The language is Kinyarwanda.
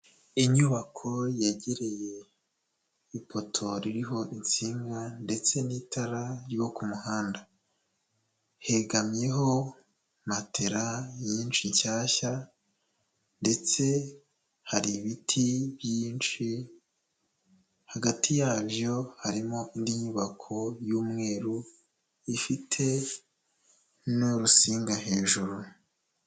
Inyubako yegereye ipoto ririho insinga ndetse n'itara ryo ku muhanda, hegamyeho matela nyinshi nshyashya ndetse hari ibiti byinshi, hagati yabyo harimo indi nyubako y'umweru ifite n'urusinga hejuru.